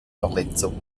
verletzung